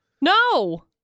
No